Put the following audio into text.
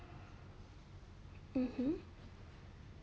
mmhmm